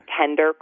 tender